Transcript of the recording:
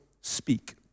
speak